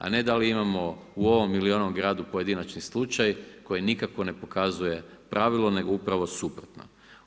A ne da li imamo u ovom ili onom gradu pojedinačni slučaj koji nikako ne pokazuje pravilo nego upravo suprotno.